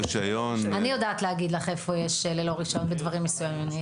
אני יודעת להגיד לך איפה יש ללא רישיון בדברים מסוימים.